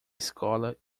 escola